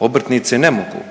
obrtnici ne mogu.